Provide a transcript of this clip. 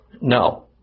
No